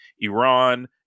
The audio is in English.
Iran